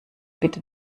bitte